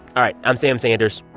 i'm sam sanders.